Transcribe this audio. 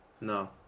No